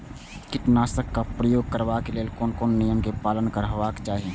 कीटनाशक क प्रयोग करबाक लेल कोन कोन नियम के पालन करबाक चाही?